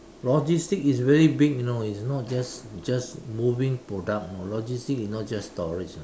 logistic is very big you know it's not just just moving product you know logistic is not just storage ah